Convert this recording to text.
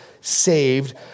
saved